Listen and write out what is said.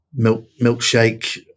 Milkshake